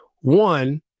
One